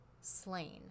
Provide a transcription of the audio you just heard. slain